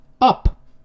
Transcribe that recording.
Up